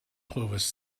clovis